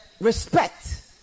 respect